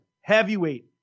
Heavyweight